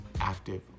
active